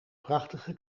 prachtige